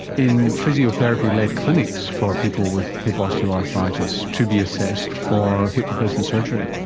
in physiotherapy-led clinics for people with hip osteoarthritis to be assessed for hip replacement surgery.